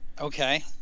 Okay